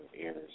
ears